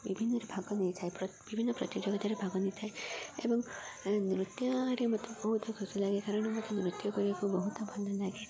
ବିଭିନ୍ନରେ ଭାଗ ନେଇଥାଏ ବିଭିନ୍ନ ପ୍ରତିଯୋଗିତାରେ ଭାଗ ନେଇଥାଏ ଏବଂ ନୃତ୍ୟରେ ମୋତେ ବହୁତ ଖୁସି ଲାଗେ କାରଣ ମୋତେ ନୃତ୍ୟ କରିବାକୁ ବହୁତ ଭଲ ଲାଗେ